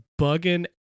bugging